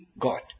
God